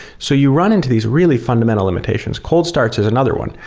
so you run into these really fundamental limitations. cold starts is another one,